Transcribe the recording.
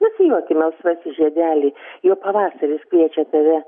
nusijuoki melsvasis žiedeli jau pavasaris kviečia tave